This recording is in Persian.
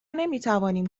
نمیتوانیم